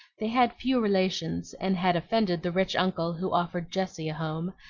they had few relations, and had offended the rich uncle who offered jessie a home,